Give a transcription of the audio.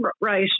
right